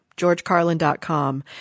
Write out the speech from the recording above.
GeorgeCarlin.com